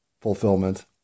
fulfillment